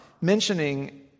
mentioning